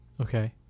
Okay